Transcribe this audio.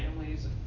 families